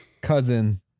Cousin